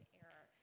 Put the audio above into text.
error